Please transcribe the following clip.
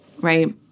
right